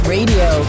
Radio